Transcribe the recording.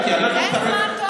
אין זמן טוב מזה.